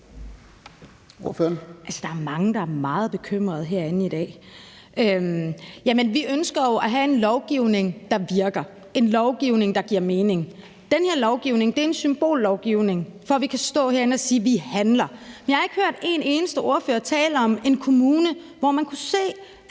Der er mange, der er meget bekymrede herinde i dag. Vi ønsker at have en lovgivning, der virker, en lovgivning, der giver mening. Den her lovgivning er en symbollovgivning, for at vi kan stå herinde og sige, at vi handler. Men jeg har ikke hørt én eneste ordfører tale om en kommune, hvor man kunne se,